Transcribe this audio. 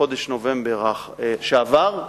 בחודש נובמבר שעבר,